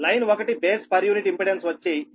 line 1 base per unit impedance వచ్చి 50484 0